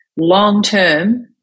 long-term